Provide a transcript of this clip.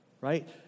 Right